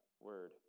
word